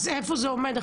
איפה זה עומד עכשיו?